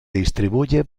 distribuye